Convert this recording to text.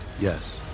Yes